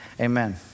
Amen